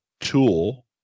Tool